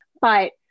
but-